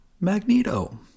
Magneto